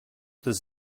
this